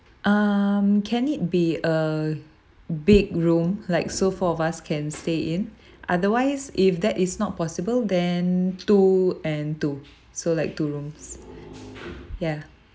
um can it be a big room like so four of us can stay in otherwise if that is not possible then two and two so like two rooms ya